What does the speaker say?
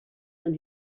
ein